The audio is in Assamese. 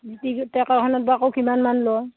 ট্ৰেকাৰখনত বা আকৌ কিমান মান লয়